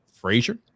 Frazier